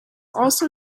also